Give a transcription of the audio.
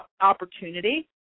opportunity